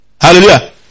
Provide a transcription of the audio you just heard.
Hallelujah